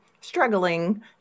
struggling